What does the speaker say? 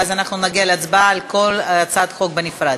ואז נגיע להצבעה על כל הצעת חוק בנפרד.